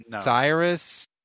Cyrus